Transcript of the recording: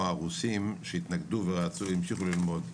הרוסים שהתנגדו ורצו והמשיכו ללמוד.